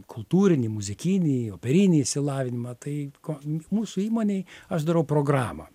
kultūrinį muzikinį operinį išsilavinimą tai ko mūsų įmonei aš darau programą